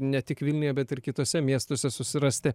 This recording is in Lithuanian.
ne tik vilniuje bet ir kituose miestuose susirasti